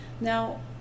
Now